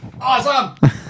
awesome